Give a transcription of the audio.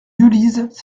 yulizh